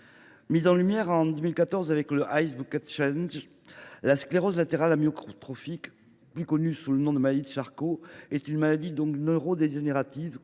Mise en lumière en 2014 avec le, la sclérose latérale amyotrophique, plus connue sous le nom de maladie de Charcot, est une maladie neurodégénérative